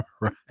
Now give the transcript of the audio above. Right